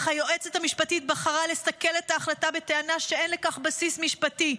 אך היועצת המשפטית בחרה לסכל את ההחלטה בטענה שאין לכך בסיס משפטי.